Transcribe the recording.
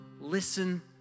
listen